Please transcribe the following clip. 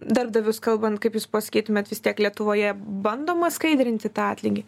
darbdavius kalbant kaip jūs pasakytumėt vis tiek lietuvoje bandoma skaidrinti tą atlygį